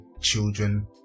children